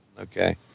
Okay